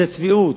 זאת צביעות.